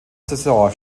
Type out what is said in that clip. saison